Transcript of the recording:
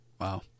Wow